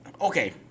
Okay